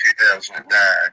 2009